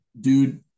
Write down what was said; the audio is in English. Dude